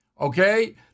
Okay